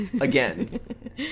Again